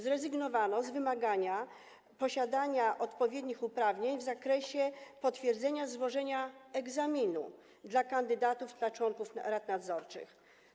Zrezygnowano także z wymagania posiadania odpowiednich uprawnień i potwierdzenia złożenia egzaminu dla kandydatów na członków rad nadzorczych.